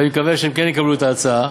ואני מקווה שהם כן יקבלו את ההצעה,